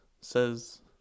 says